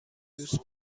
دوست